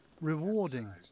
rewarding